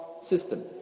system